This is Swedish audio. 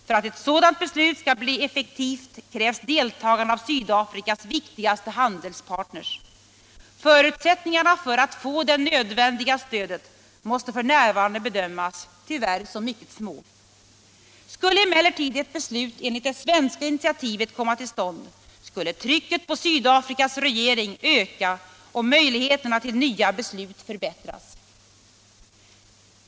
För att ett sådant beslut skall bli effektivt krävs deltagande av Sydafrikas viktigaste handelspartners. Förutsättningarna för att få det nödvändiga stödet måste f. n. tyvärr bedömas som mycket små. Skulle emellertid ett beslut enligt det svenska initiativet komma till stånd skulle trycket på Sydafrikas regering öka och möjligheterna till nya beslut förbättras.